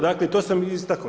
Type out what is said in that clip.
Dakle i to sam istakao.